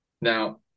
Now